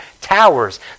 towers